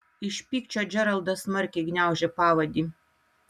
iš pykčio džeraldas smarkiai gniaužė pavadį